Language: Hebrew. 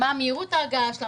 מה מהירות ההגעה שלה,